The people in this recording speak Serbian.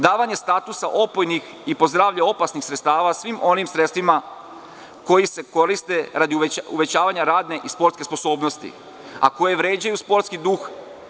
Davanje statusa opojnih i po zdravlje opasnih sredstava svim onim sredstvima koji se koriste radi uvećanja radne i sportske sposobnosti, a koje vređaju sportski duh.